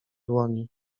dłoni